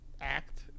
act